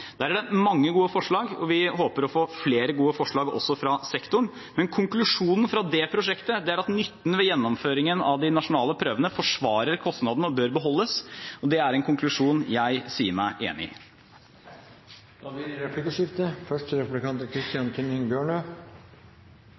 Der er det mange gode forslag, og vi håper å få flere gode forslag også fra sektoren. Men konklusjonen fra det prosjektet er at nytten ved gjennomføringen av de nasjonale prøvene forsvarer kostnadene og bør beholdes, og det er en konklusjon jeg sier meg enig i. Det blir replikkordskifte. Som jeg også påpekte i innlegget mitt, opplever jeg ofte at skolefolk er